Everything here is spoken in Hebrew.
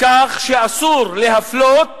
שקובע שאסור להפלות